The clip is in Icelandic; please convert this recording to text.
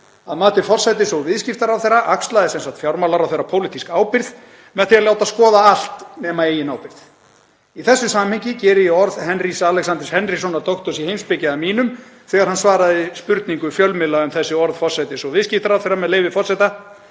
Að mati forsætisráðherra og viðskiptaráðherra axlaði sem sagt fjármálaráðherra pólitíska ábyrgð með því að láta skoða allt nema eigin ábyrgð. Í þessu samhengi geri ég orð Henrys Alexanders Henryssonar, doktors í heimspeki, að mínum þegar hann svaraði spurningum fjölmiðla um þessi orð forsætisráðherra og viðskiptaráðherra, með leyfi forseta: